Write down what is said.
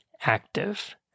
active